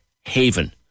Haven